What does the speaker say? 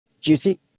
Juicy